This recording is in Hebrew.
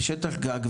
ושטח גג,